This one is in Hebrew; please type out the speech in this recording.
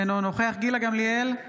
אינו נוכח גילה גמליאל,